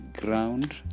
ground